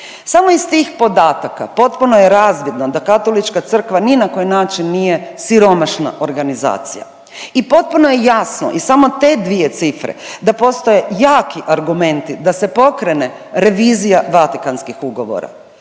Samo iz tih podataka potpuno je razvidno da Katolička crkva ni na koji način nije siromašna organizacija. I potpuno je jasno i samo te dvije cifre da postoje jaki argumenti da se pokrene revizija Vatikanskih ugovora.